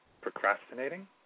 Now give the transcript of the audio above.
procrastinating